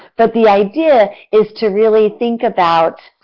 but, the idea is to really think about